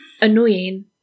Annoying